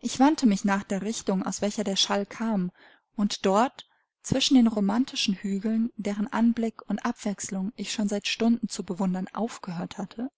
ich wandte mich nach der richtung aus welcher der schall kam und dort zwischen den romantischen hügeln deren anblick und abwechslung ich schon seit stunden zu bewundern aufgehört hatte